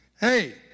Hey